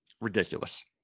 Ridiculous